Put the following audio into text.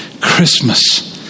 Christmas